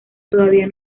todavía